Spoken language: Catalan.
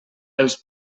els